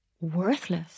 worthless